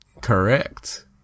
Correct